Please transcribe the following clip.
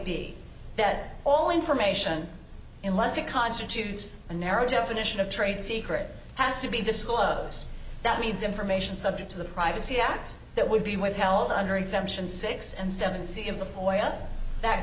be that all information unless it constitutes a narrow definition of trade secret has to be disclosed that means information subject to the privacy act that would be withheld under exemption six and seven